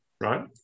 right